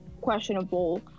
questionable